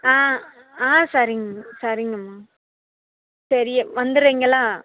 ஆ ஆ சரிங்க சரிங்கம்மா சரி வந்துடுறீங்களா